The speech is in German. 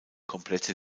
komplette